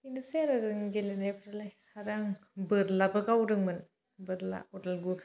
बिनोसै आरो जों गेलेनायफ्रालाय आरो आं बोरलाबो गावदोंमोन बोरला अदालगु